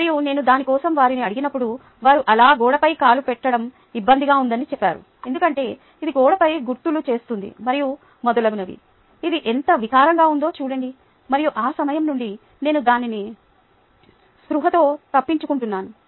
మరియు నేను దాని కోసం వారిని అడిగినప్పుడు వారు అలా గోడపై కాలు పెట్టడం ఇబ్బందిగా ఉందని చెప్పారు ఎందుకంటే ఇది గోడపై గుర్తులు చేస్తుంది మరియు మొదలగునవి ఇది ఎంత వికారంగా ఉందో చూడండి మరియు ఆ సమయం నుండి నేను దానిని స్పృహతో తప్పించుకుంటున్నాను